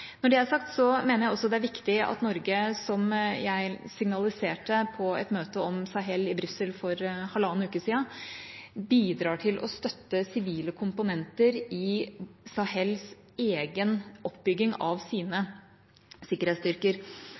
Når det er sagt, mener jeg også at det er viktig at Norge, slik jeg signaliserte på et møte om Sahel i Brussel for halvannen uke siden, bidrar til å støtte sivile komponenter i Sahels egen oppbygging av sine sikkerhetsstyrker.